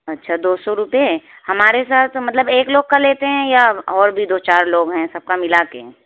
اچھا دو سو روپئے ہمارے ساتھ مطلب ایک لوگ کا لیتے ہیں یا اور بھی دو چار لوگ ہیں سب کا ملا کے